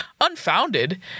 unfounded